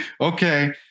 Okay